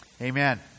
Amen